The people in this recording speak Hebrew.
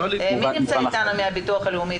מי נמצא אתנו מהביטוח הלאומי?